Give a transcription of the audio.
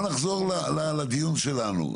בוא נחזור לדיון שלנו.